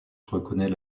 reconnaît